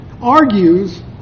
argues